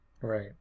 Right